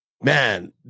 man